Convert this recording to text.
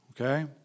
Okay